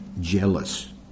jealous